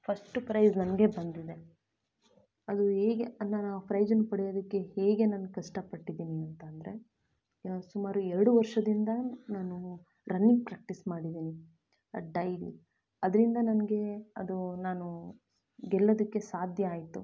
first prize ನನಗೇ ಬಂದಿದೆ ಅದು ಹೇಗೆ ಅದು ನಾನು ಪ್ರೈಝುನ್ನ ಪಡೆಯೋದಕ್ಕೆ ಹೇಗೆ ನಾನು ಕಷ್ಟಪಟ್ಟಿದ್ದೀನಿ ಅಂತ ಅಂದರೆ ನಾನು ಸುಮಾರು ಎರಡು ವರ್ಷದಿಂದ ನಾನು ರನ್ನಿಂಗ್ ಪ್ರಾಕ್ಟೀಸ್ ಮಾಡಿದ್ದೀನಿ ಡೈಲಿ ಅದರಿಂದ ನನಗೆ ಅದು ನಾನು ಗೆಲ್ಲೋದಕ್ಕೆ ಸಾಧ್ಯ ಆಯಿತು